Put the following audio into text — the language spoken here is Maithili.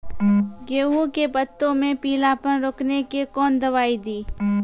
गेहूँ के पत्तों मे पीलापन रोकने के कौन दवाई दी?